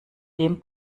dem